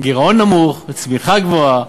גירעון נמוך וצמיחה גבוהה,